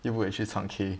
又不可以去赏区